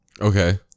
Okay